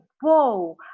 whoa